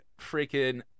freaking